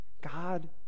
God